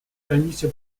комиссии